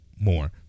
more